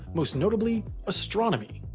most notably, astronomy.